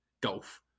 golf